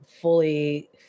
fully